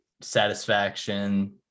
satisfaction